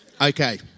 Okay